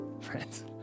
friends